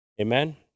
Amen